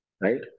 Right